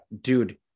dude